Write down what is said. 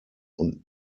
und